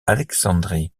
alexandrie